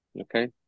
Okay